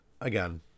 again